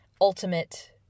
ultimate